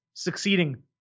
succeeding